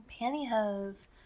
pantyhose